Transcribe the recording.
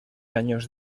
años